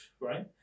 Right